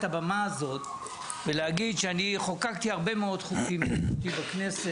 הבמה הזאת ולהגיד שאני חוקקתי הרבה מאוד חוקים בכנסת,